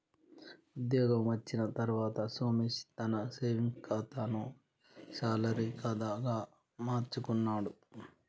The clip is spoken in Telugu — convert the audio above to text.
ఉద్యోగం వచ్చిన తర్వాత సోమేశ్ తన సేవింగ్స్ కాతాను శాలరీ కాదా గా మార్చుకున్నాడు